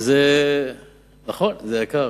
וזה נכון, זה יקר.